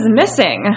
missing